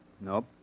Nope